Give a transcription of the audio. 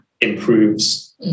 improves